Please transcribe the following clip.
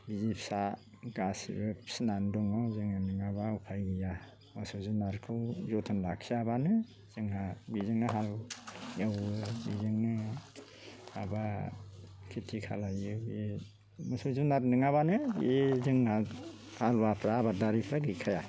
बिसि फिसा गासिबो फिसिनानै दङ जोङो नङाबा उफाय गैया मोसौ जुनातखौ जोथोन लाखियाबानो जोंहा बिजोंनो हा हु एवो बेजोंनो माबा खेति खालामो बे मोसौ जुनार नङाबानो बे जोंना हालुवाफ्रा आबादारिफ्रा गैखाया